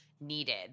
needed